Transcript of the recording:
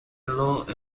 allowed